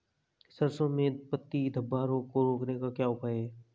सरसों में पत्ती धब्बा रोग को रोकने का क्या उपाय है?